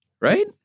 Right